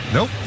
Nope